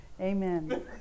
Amen